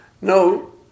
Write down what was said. no